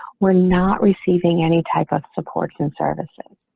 we're not receiving any type of support and services.